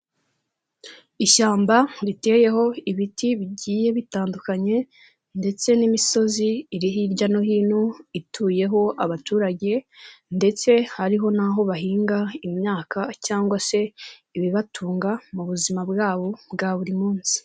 Ishyamba riteyeho ibiti bigiye bitandukanye, ndetse n'imisozi iri hirya no hino ituyeho abaturage, ndetse hariho n'aho bahinga imyaka cyangwa se ibibatunga mu buzima bwabo bwa buri munsi.